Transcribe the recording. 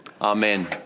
Amen